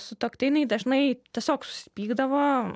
sutuoktiniai dažnai tiesiog susipykdavo